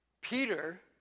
Peter